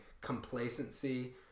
complacency